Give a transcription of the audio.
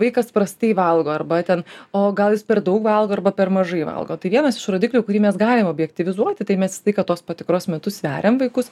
vaikas prastai valgo arba ten o gal jis per daug valgo arba per mažai valgo tai vienas iš rodiklių kurį mes galim objektyvizuoti tai mes visą laiką tos patikros metu sveriam vaikus